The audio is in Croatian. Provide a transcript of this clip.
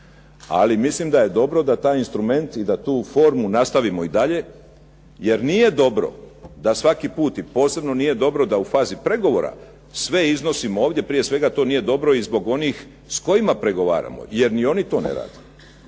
Ali mislim da je dobro da taj instrument i da tu formu nastavimo i dalje, jer nije dobro da svaki put, a posebno nije dobo da u fazi pregovora sve iznosimo ovdje. Prije svega to nije dobro i zbog onih s kojima pregovaramo, jer ni oni to ne rade.